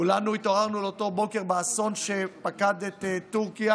כולנו התעוררנו לאותו בוקר באסון שפקד את טורקיה,